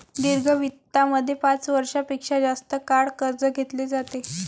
दीर्घ वित्तामध्ये पाच वर्षां पेक्षा जास्त काळ कर्ज घेतले जाते